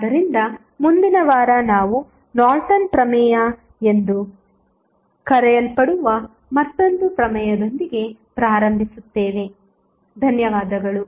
ಆದ್ದರಿಂದ ಮುಂದಿನ ವಾರ ನಾವು ನಾರ್ಟನ್ ಪ್ರಮೇಯ ಎಂದು ಕರೆಯಲ್ಪಡುವ ಮತ್ತೊಂದು ಪ್ರಮೇಯದೊಂದಿಗೆ ಪ್ರಾರಂಭಿಸುತ್ತೇವೆ ಧನ್ಯವಾದಗಳು